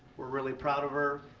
we're really proud of her.